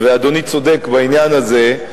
ואדוני צודק בעניין הזה,